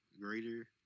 greater